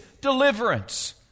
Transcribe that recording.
deliverance